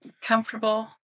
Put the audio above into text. comfortable